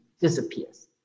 disappears